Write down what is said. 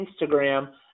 Instagram